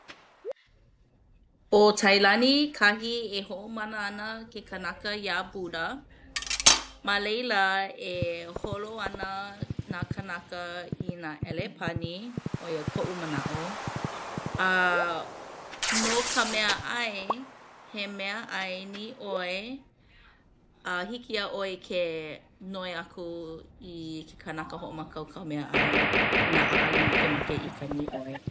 ʻO Tailani kahi e hoʻomana ana ke kanaka iā Buda. Ma laila e holo ana nā kānaka i nā ʻelepani ʻo ia koʻu manaʻo. No ka meaʻai he meaʻai nīoi a hiki iā ʻoe ke noi aku i ke kanaka hoʻomākaukau meaʻai inā ʻaʻale makemake i ka nīoi.